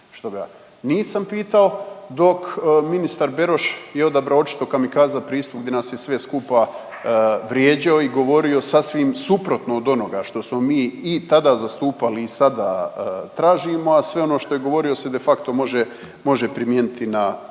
što ga nisam pitao, dok ministar Beroš je odabrao očito kamikaza pristup gdje nas je sve skupa vrijeđao i govorio sasvim suprotno od onoga što smo mi i tada zastupali i sada tražimo, a sve ono što je govorio se de facto može, može primijeniti na,